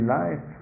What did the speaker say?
life